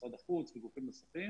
משרד החוץ וגופים נוספים